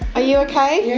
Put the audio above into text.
are you okay? yeah